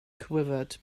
quivered